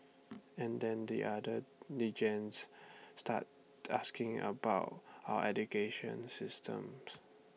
and then the other delegates started asking about our education systems